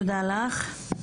תודה לך.